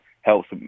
helps